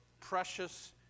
precious